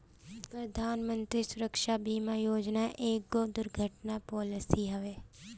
प्रधानमंत्री सुरक्षा बीमा योजना एगो दुर्घटना पॉलिसी हवे